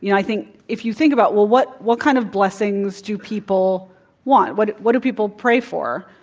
you know i think if you think about, well, what what kind of blessings do people want? what what do people pray for?